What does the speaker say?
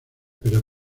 pero